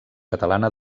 catalana